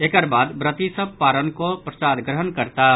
एकर वाद व्रति सभ पारण कऽ प्रसाद ग्रहण करताह